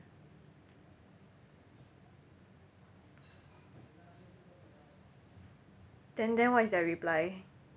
then then what is their reply